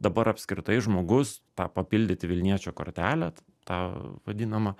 dabar apskritai žmogus tą papildyti vilniečio kortelę tą vadinamą